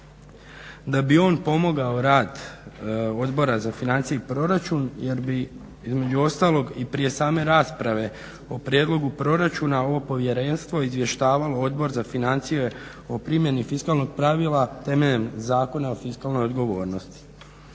da bi on pomogao rad Odbora za financije i proračun jer bi između ostalog i prije same rasprave o prijedlogu proračuna ovo Povjerenstvo izvještavalo Odbor za financije o primjeni fiskalnog pravila temeljem Zakona o fiskalnoj odgovornosti.